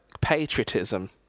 patriotism